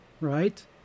right